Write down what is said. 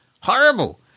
horrible